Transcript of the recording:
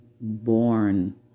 born